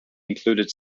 included